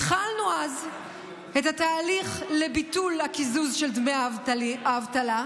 התחלנו אז את התהליך לביטול הקיזוז של דמי האבטלה,